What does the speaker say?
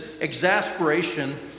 exasperation